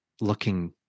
looking